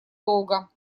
долго